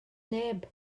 neb